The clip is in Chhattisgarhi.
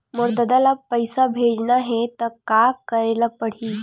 मोर ददा ल पईसा भेजना हे त का करे ल पड़हि?